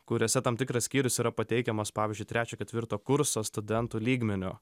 kuriuose tam tikras skyrius yra pateikiamas pavyzdžiui trečio ketvirto kurso studentų lygmeniu